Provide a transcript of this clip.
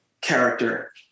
character